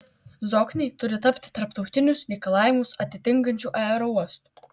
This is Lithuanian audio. zokniai turi tapti tarptautinius reikalavimus atitinkančiu aerouostu